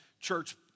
church